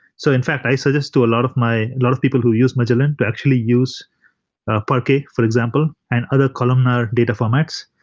so in fact, i so suggest to a lot of my a lot of people who use magellan to actually use parquet for example and other columnar data formats.